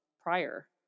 prior